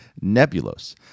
Nebulos